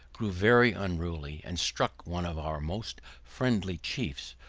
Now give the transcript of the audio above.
grew very unruly, and struck one of our most friendly chiefs,